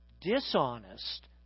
dishonest